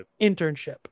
Internship